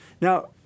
Now